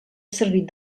servit